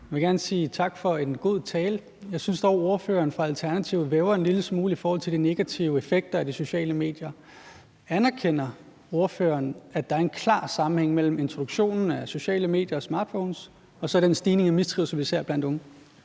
Jeg vil gerne sige tak for en god tale. Jeg synes dog, at ordføreren for Alternativet væver en lille smule i forhold til de negative effekter af de sociale medier. Anerkender ordføreren, at der er en klar sammenhæng mellem introduktionen af sociale medier og smartphones og så den stigning i mistrivsel, vi ser blandt unge?